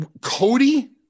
Cody